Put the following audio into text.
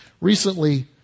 Recently